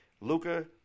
Luca